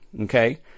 okay